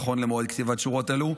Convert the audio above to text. נכון למועד כתיבת שורות אלה,